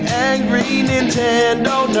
angry nintendo